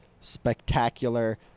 spectacular